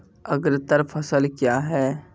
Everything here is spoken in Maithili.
अग्रतर फसल क्या हैं?